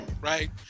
Right